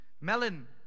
melon